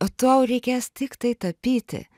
o tau reikės tiktai tapyti